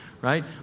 right